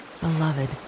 beloved